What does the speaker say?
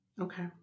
Okay